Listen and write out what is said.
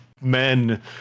men